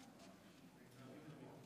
כל הכבוד לך.